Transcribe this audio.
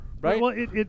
right